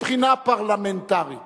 מבחינה פרלמנטרית